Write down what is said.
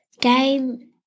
game